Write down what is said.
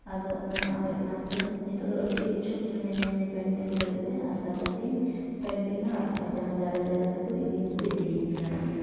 ᱟᱫᱚ ᱱᱚᱜᱼᱚᱭ ᱚᱱᱟᱛᱮ ᱱᱤᱛᱚᱜ ᱫᱚ ᱟᱹᱰᱤ ᱤᱪᱪᱷᱩᱠ ᱢᱤᱱᱟᱹᱧᱟ ᱤᱧᱫ ᱞᱟᱹᱜᱤᱫᱛᱮ ᱟᱨ ᱠᱟᱡᱟᱠ ᱤᱧ ᱟᱨ ᱦᱚᱜᱼᱚᱭ ᱡᱟᱦᱟᱸ ᱡᱟᱭᱜᱟ ᱛᱮᱠᱚ ᱤᱫᱤ ᱦᱚᱸᱠᱚ ᱤᱫᱤᱧ ᱠᱟᱱ ᱜᱮᱭᱟ